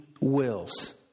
wills